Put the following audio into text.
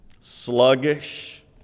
sluggish